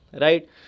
Right